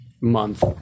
month